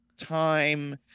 time